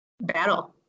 battle